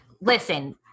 listen